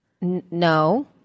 No